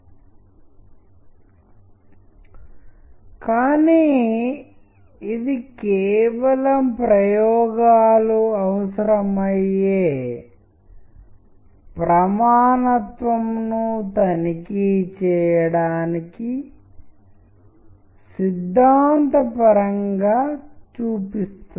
ఒక రోజు వారు ఎక్కడో కలుసుకున్నప్పుడు అతను కాల్చడం మరియు అక్కడ 6 బ్యాంగ్స్ ఉన్నట్లు మీరు చూడవచ్చు మరియు 3 క్లిక్లు అతని నిరాశ స్థాయిని సూచిస్తాయి ఎందుకంటే హత్య ముగిసింది కానీ అతను ట్రిగ్గర్ను క్లిక్ చేస్తూనే ఉంటాడు ఆపై అతను ముందుకు సాగడానికి ప్లాన్ చేస్తున్నాడు ఈ చిత్రం దానంతటదే చాలా అర్థాన్ని తెలియజేస్తుంది